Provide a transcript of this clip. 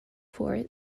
four